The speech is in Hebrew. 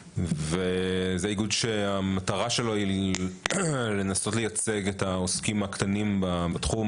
זה איגוד שהמטרה שלו היא לנסות לייצג את העוסקים הקטנים בתחום,